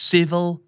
Civil